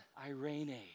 Irene